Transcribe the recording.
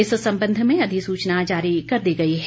इस संबंध में अधिसूचना जारी कर दी गई है